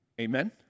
Amen